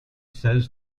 says